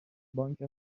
بانک